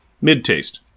Mid-taste